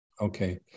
Okay